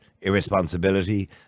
irresponsibility